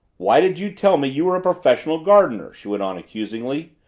why did you tell me you were a professional gardener? she went on accusingly.